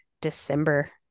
December